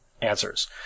answers